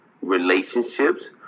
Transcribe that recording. relationships